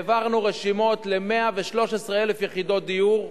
העברנו רשימות של 113,000 יחידת דיור,